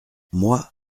moi